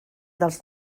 dels